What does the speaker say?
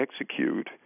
execute